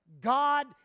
God